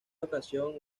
ocasión